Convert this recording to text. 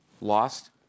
lost